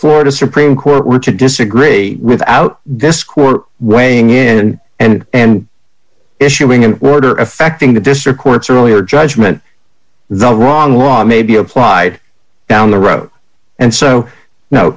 florida supreme court were to disagree without this court weighing in and issuing an order affecting the district courts earlier judgment the wrong one may be applied down the road and so no